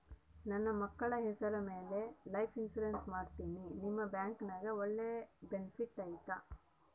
ನನ್ನ ಮಕ್ಕಳ ಹೆಸರ ಮ್ಯಾಲೆ ಲೈಫ್ ಇನ್ಸೂರೆನ್ಸ್ ಮಾಡತೇನಿ ನಿಮ್ಮ ಬ್ಯಾಂಕಿನ್ಯಾಗ ಒಳ್ಳೆ ಬೆನಿಫಿಟ್ ಐತಾ?